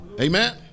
Amen